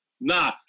Nah